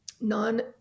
non